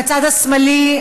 בצד השמאלי.